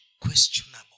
questionable